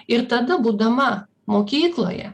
ir tada būdama mokykloje